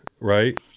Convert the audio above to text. right